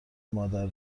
مادر